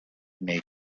nei